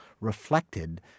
reflected